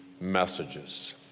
messages